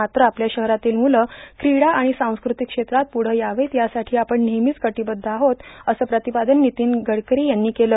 मात्र आपल्या शहरातील मुलं क्रीडा आर्ाण सांस्क्रातक क्षेत्रात प्रढं यावेत यासाठी आपण नेहमीच कटोबद्ध आहोत असं प्रातपादन ानतीन गडकरां यांनी केलं